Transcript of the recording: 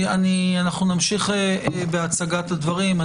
נמשיך בהצגת הדברים.